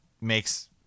makes